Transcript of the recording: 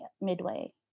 Midway